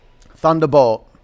Thunderbolt